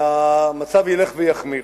והמצב ילך ויחמיר.